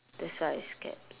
that's why I scared